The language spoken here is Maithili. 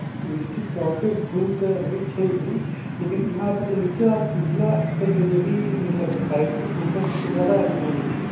निश्चित तौरपर भूल तऽ होइ छै ही लेकिन यहाँपर जे निचला निचला स्तरके जे भी मतलब अधिकारी छथि हुनका सबके ज्यादा एहिमे ई छै